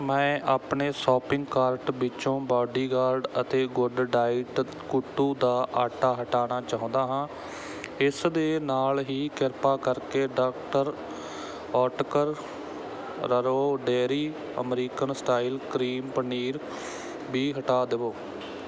ਮੈਂ ਆਪਣੇ shopping cart ਵਿਚੋਂ ਬਾਡੀਗਾਰਡ ਅਤੇ ਗੁੱਡ ਡਾਇਟ ਕੁੱਟੂ ਦਾ ਆਟਾ ਹਟਾਉਣਾ ਚਾਹੁੰਦਾ ਹਾਂ ਇਸ ਦੇ ਨਾਲ ਹੀ ਕ੍ਰਿਪਾ ਕਰਕੇ ਡਾਕਟਰ ਓਟਕਰ ਅਤੇ ਰਰਓ dairy American style cream paneer ਵੀ ਹਟਾ ਦੇਵੋ